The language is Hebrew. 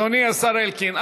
אדוני השר אלקין,